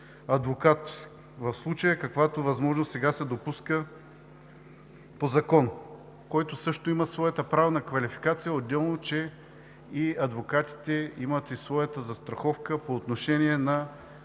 адвокат в случая, каквато възможност сега се допуска по закон, който също има своята правна квалификация. Отделно, че и адвокатите имат своята застраховка по отношение на